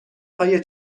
های